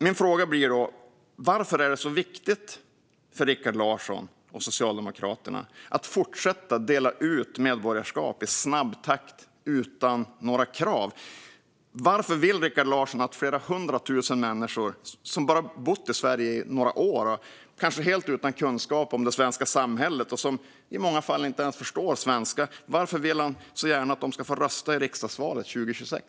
Min fråga är varför det är så viktigt för Rikard Larsson och Socialdemokraterna att fortsätta dela ut medborgarskap i snabb takt utan några krav. Varför vill Rikard Larsson så gärna att flera hundra tusen människor som bott i Sverige i bara några år, kanske helt saknar kunskap om det svenska samhället och i många fall inte ens förstår svenska ska få rösta i riksdagsvalet 2026?